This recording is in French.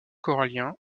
coralliens